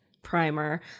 Primer